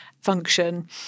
function